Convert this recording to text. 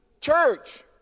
Church